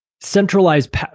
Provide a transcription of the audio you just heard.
centralized